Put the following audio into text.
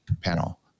panel